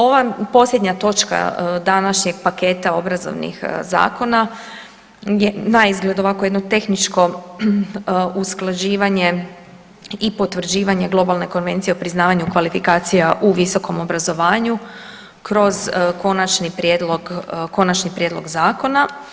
Ova posljednja točka današnjeg paketa obrazovnih zakona je naizgled ovako jedno tehničko usklađivanje i potvrđivanje Globalne konvencije o priznavanju kvalifikacija u visokom obrazovanju kroz Konačni prijedlog Zakona.